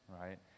right